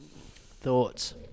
Thoughts